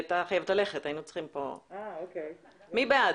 מי בעד?